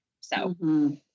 So-